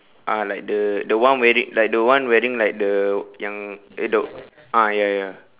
ah like the the one wearing like the one wearing like the yang eh the ah ya ya